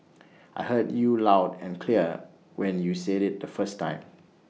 I heard you loud and clear when you said IT the first time